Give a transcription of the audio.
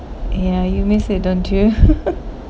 ya you miss it don't you